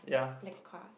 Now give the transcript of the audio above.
the cars